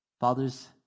Fathers